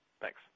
thanks